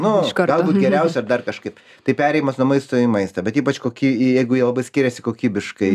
nu galbūt geriausią ar dar kažkaip tai perėjimas nuo maisto į maistą bet ypač koky jeigu jie labai skiriasi kokybiškai jo